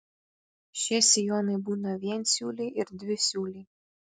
šie sijonai būna viensiūliai ir dvisiūliai